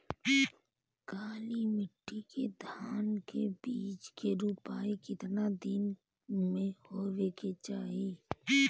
काली मिट्टी के धान के बिज के रूपाई कितना दिन मे होवे के चाही?